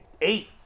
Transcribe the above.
eight